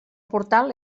portal